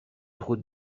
route